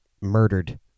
murdered